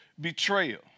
betrayal